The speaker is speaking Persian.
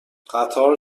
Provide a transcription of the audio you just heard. قطار